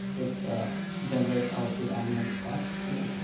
it generates output army and scott. sure.